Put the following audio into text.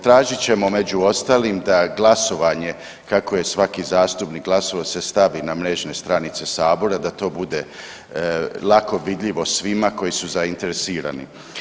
Tražit ćemo među ostalim da glasovanje kako je svaki zastupnik glasovao se stavi na mrežne stranice sabora da to bude lako vidljivo svima koji su zainteresirani.